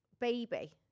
Baby